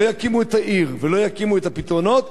לא יקימו את העיר ולא יקימו את הפתרונות,